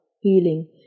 healing